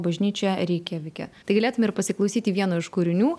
bažnyčioje reikjavike tai galėtum ir pasiklausyti vieno iš kūrinių